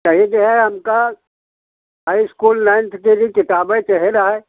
कहे जो है uncle high school ninth tenth की किताबें चाहे रहे